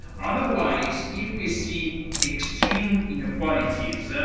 otherwise, if we see extreme inequalities,